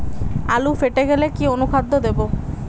আলু ফেটে গেলে কি অনুখাদ্য দেবো?